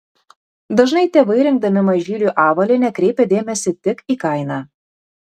dažnai tėvai rinkdami mažyliui avalynę kreipia dėmesį tik į kainą